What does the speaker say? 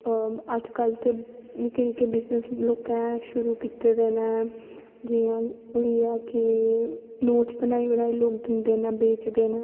अज कल ते निक्के निक्के बिजनस लोकें शुरु कीते दे न जियां होईया कि नोटस बनाई बनाई लोक दिंदे नै बेचदे नै